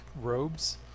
robes